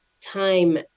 time